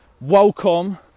welcome